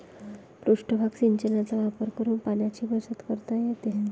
पृष्ठभाग सिंचनाचा वापर करून पाण्याची बचत करता येते